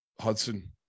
Hudson